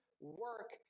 work